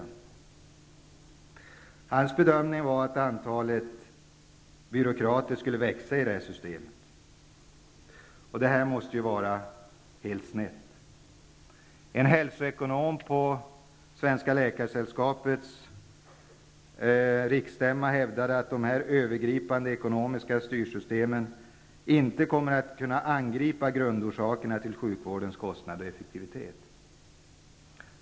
Den här läkarens bedömning var att antalet byråkrater skulle växa i det här systemet. Det måste ju vara helt snett. Läkaresällskapets stämma att de övergripande ekonomiska styrsystemen inte kommer att kunna angripa grundorsakerna till kostnader och effektivitet inom sjukvården.